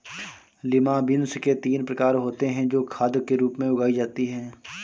lima beans के तीन प्रकार होते हे जो खाद के रूप में उगाई जाती हें